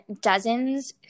dozens